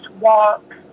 walk